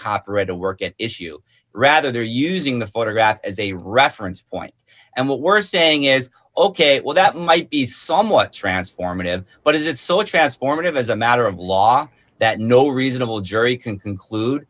copyrighted work at issue rather they're using the photograph as a reference point and what we're saying is ok well that might be somewhat transformative but is it so transformative as a matter of law that no reasonable jury can conclude